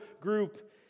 group